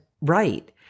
right